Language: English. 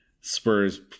Spurs